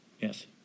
Yes